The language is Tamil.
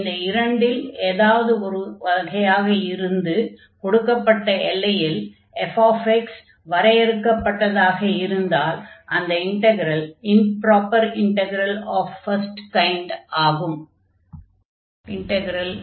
இந்த இரண்டில் ஏதாவது ஒரு வகையாக இருந்து கொடுக்கப்பட்ட எல்லையில் f வரையறுக்கப்பட்டதாக இருந்தால் அந்த integral improper integral of first kind ஆகும்